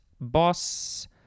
Boss